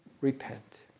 repent